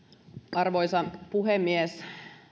arvoisa puhemies